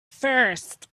first